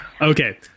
Okay